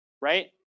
right